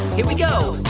here we go.